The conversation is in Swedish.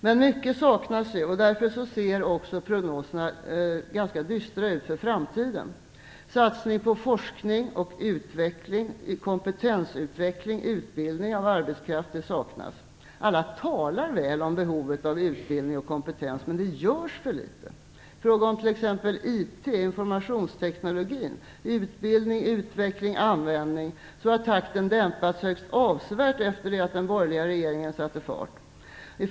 Men mycket saknas, och därför ser också prognoserna ganska dystra ut för framtiden. Satsning på forskning och utveckling, kompetensutveckling och utbildning av arbetskraft saknas. Alla talar väl om behovet av utbildning och kompetens, men det görs för litet. I fråga om t.ex. IT, informationstekniken, har takten för utbildning, utveckling och användning dämpats högst avsevärt efter det att den borgerliga regeringen satte fart på arbetet.